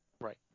right